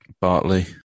Bartley